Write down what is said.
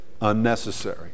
unnecessary